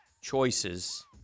choices